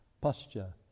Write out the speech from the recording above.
posture